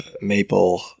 maple